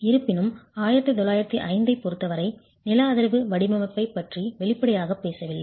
இருப்பினும் 1905 ஐப் பொருத்தவரை நில அதிர்வு வடிவமைப்பைப் பற்றி வெளிப்படையாகப் பேசவில்லை